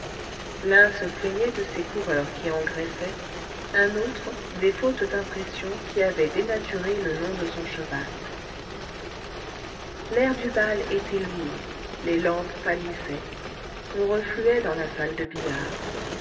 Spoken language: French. l'un se plaignait de ses coureurs qui engraissaient un autre des fautes d'impression qui avaient dénaturé le nom de son cheval l'air du bal était lourd les lampes pâlissaient on refluait dans la salle de billard